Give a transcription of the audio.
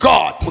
God